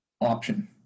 option